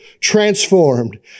transformed